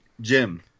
Jim